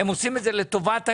הם עושים את זה לטובת האזרחים.